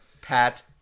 Pat